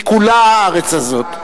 היא כולה הארץ הזאת.